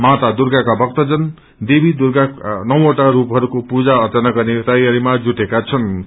माता दुर्गाका भक्तजन ख देवी दुर्गाको नौवटा रूपहरूको पूा अर्चना गन्ने तयारीमा जुटेका छनफ